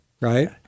right